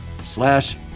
slash